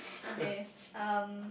okay um